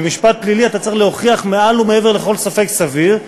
במשפט פלילי אתה צריך להוכיח מעל ומעבר לכל ספק סביר.